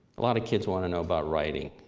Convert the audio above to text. a lot of kids want to know about writing.